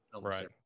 Right